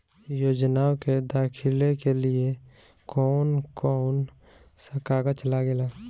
योजनाओ के दाखिले के लिए कौउन कौउन सा कागज लगेला?